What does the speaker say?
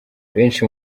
benshi